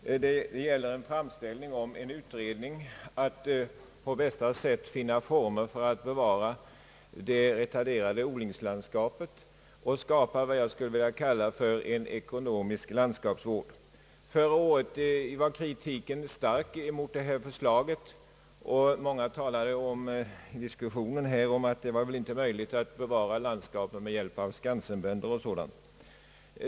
De gäller en framställning om en utredning i syfte att på bästa sätt finna former för att bevara det retarderande odlingslandskapet och skapa vad jag skulle vilja kalla för en ekonomisk landskapsvård. Förra året var kritiken stark mot förslaget, och många talade i diskussionen här om att det väl inte var möjligt att bevara landskapet med hjälp av Skansen-bönder och sådant.